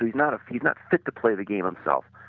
yeah not fit not fit to play the game himself.